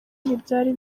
ntibyari